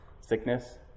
Sickness